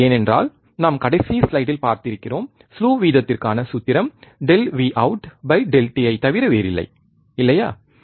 ஏனென்றால் நாம் கடைசி ஸ்லைடில் பார்த்திருக்கிறோம் ஸ்லூ வீதத்திற்கான சூத்திரம் ΔVout Δt ஐத் தவிர வேறில்லை இல்லையா